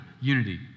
unity